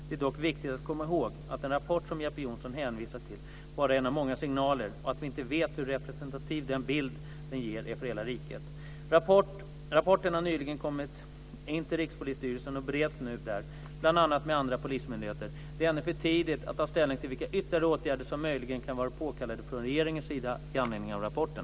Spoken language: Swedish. Det är dock viktigt att komma ihåg att den rapport som Jeppe Johnsson hänvisar till bara är en av många signaler och att vi inte vet hur representativ den bild som den ger är för hela riket. Rapporten har nyligen kommit in till Rikspolisstyrelsen och bereds nu där, bl.a. med andra polismyndigheter. Det är ännu för tidigt att ta ställning till vilka ytterligare åtgärder som möjligen kan vara påkallade från regeringens sida i anledning av rapporten.